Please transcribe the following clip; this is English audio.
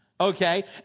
Okay